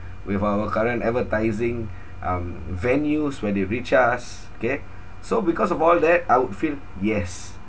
with our current advertising um venues where they reach us K so because of all that I would feel yes